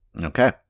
Okay